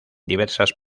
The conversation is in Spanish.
diversas